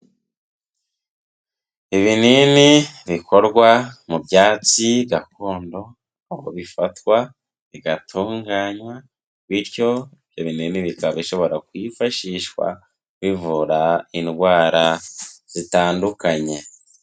Ibinini bikorwa mu byatsi gakondo, aho bifatwa bigatunganywa bityo ibyo binini bikaba bishobora kwifashishwa bivura indwara zitandukanye.